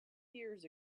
years